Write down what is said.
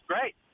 great